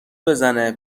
بزنه